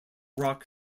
rock